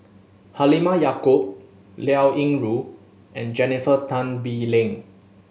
Halimah Yacob Liao Yingru and Jennifer Tan Bee Leng